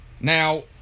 Now